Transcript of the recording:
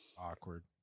awkward